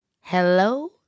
hello